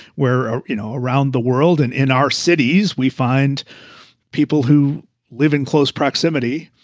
where, you know, around the world and in our cities, we find people who live in close proximity,